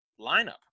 lineup